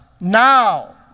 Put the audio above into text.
now